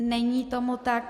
Není tomu tak.